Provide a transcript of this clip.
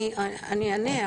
אני אענה.